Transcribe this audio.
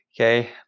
okay